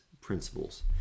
principles